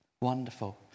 Wonderful